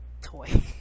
toy